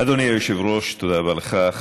אדוני היושב-ראש, תודה רבה לך.